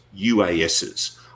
UASs